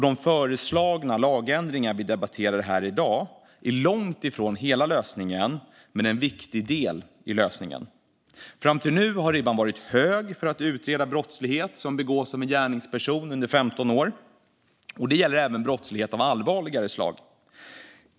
De föreslagna lagändringar vi debatterar här i dag är långt ifrån hela lösningen, men en viktig del i lösningen. Fram till nu har ribban varit hög för att utreda brottslighet som begås av en gärningsperson under 15 år, och det gäller även brottslighet av allvarligare slag.